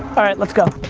all right, let's go.